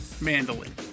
mandolin